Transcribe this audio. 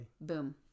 Boom